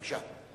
בבקשה.